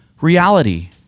reality